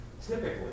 typically